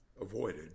avoided